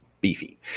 beefy